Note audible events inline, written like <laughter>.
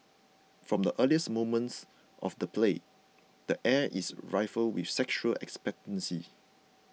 from the earliest moments of the play the air is <unintelligible> with sexual expectancy